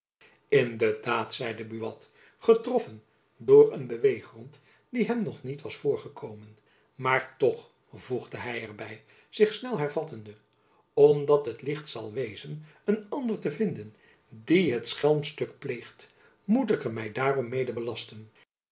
in de daad zeide buat getroffen door een beweeggrond die hem nog niet was voorgekomen maar jacob van lennep elizabeth musch toch voegde hy er by zich snel hervattende om dat het licht zal wezen een ander te vinden die het schelmstuk pleegt moet ik er my daarom mede belasten